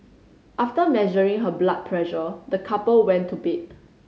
after measuring her blood pressure the couple went to bed